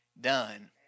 done